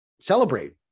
celebrate